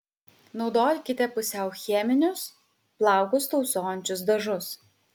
naudokite pusiau cheminius plaukus tausojančius dažus